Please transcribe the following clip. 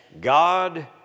God